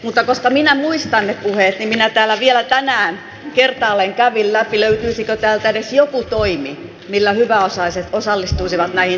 mutta koska minä muistan ne puheet niin minä täällä vielä tänään kertaalleen kävin läpi löytyisikö täältä edes joku toimi millä hyväosaiset osallistuisivat näihin talkoisiin